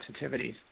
sensitivities